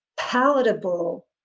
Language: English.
palatable